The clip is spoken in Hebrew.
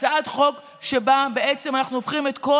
הצעת חוק שבה בעצם אנחנו הופכים את כל